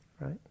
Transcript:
Right